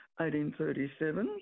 1837